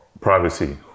Privacy